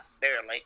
barely